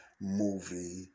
movie